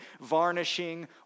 varnishing